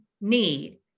need